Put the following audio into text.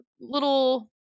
little